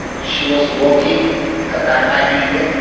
she was working at that time in india.